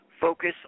focus